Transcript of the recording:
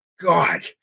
God